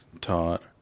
taught